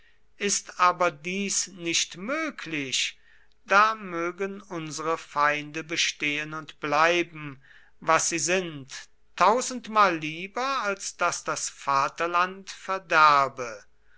ist aber dies nicht möglich da mögen unsere feinde bestehen und bleiben was sie sind tausendmal lieber als daß das vaterland verderbe